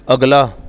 ਅਗਲਾ